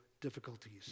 difficulties